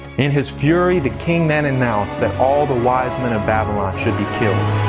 in his fury, the king then announced that all the wise men of babylon should be killed.